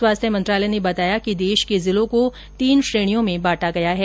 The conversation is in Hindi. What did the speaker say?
स्वास्थ्य मंत्रालय ने बताया कि देश के जिलों को तीन श्रेणियों में बांटा गया है